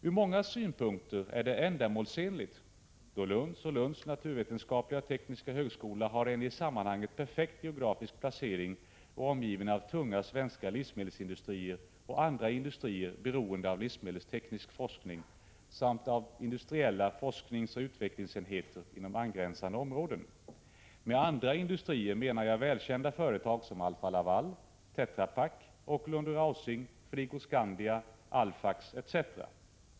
Ur många synpunkter är det ändamålsenligt, då Lund och Lunds naturvetenskapliga och tekniska högskola har en i sammanhanget perfekt geografisk placering och är omgiven av tunga, svenska livsmedelsindustrier och andra industrier, beroende av livsmedelsteknisk forskning samt av industriella forskningsoch utvecklingsenheter inom angränsande områden. Med ”andra industrier” menar jag välkända företag som Alfa-Laval, Tetra Pak, Åkerlund & Rausing, Frigoscandia, Alfax etc.